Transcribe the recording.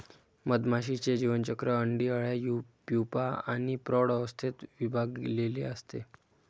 मधमाशीचे जीवनचक्र अंडी, अळ्या, प्यूपा आणि प्रौढ अवस्थेत विभागलेले असते